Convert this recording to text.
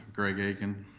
greg aiken,